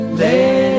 let